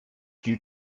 due